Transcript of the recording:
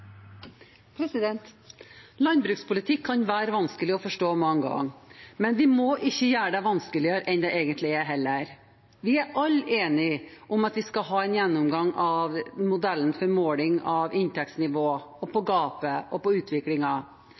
Landbrukspolitikk kan være vanskelig å forstå mange ganger, men vi må ikke gjøre det vanskeligere enn det egentlig er heller. Vi er alle enige om at vi skal ha en gjennomgang av modellen for måling av inntektsnivå, gap og